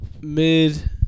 mid